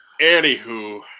Anywho